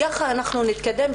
ככה נתקדם,